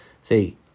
See